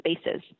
spaces